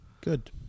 Good